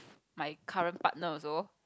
my current partner also